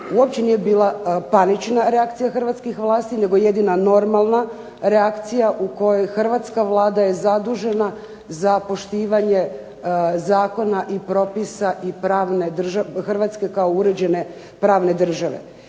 Uopće nije bila panična reakcija hrvatskih vlasti nego jedna normalna reakcija u kojoj hrvatska Vlada je zadužena za poštivanje zakona i propisa i pravne države